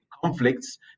Conflicts